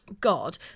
God